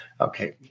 okay